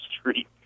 street